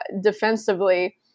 defensively